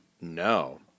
No